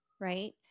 Right